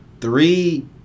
three